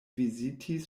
vizitis